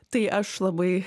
tai aš labai